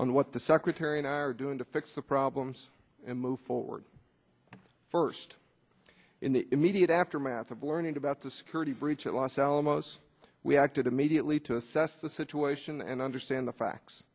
on what the secretary and i are doing to fix the problems and move forward first in the immediate aftermath of learning about the security breach at los alamos we acted immediately to assess the situation and understand the facts